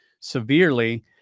severely